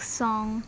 song